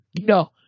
No